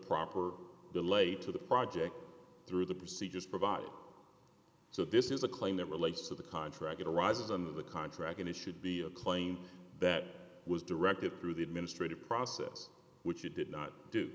proper relate to the project through the procedures provided so this is a claim that relates to the contract it arises under the contract and it should be a claim that was directed through the administrative process which it did not do